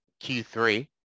Q3